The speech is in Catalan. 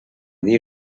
dir